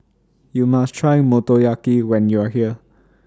YOU must Try Motoyaki when YOU Are here